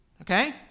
Okay